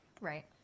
Right